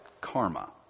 karma